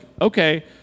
okay